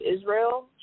Israel